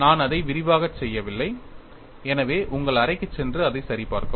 நான் அதை விரிவாகச் செய்யவில்லை எனவே உங்கள் அறைக்குச் சென்று அதைச் சரிபார்க்கவும்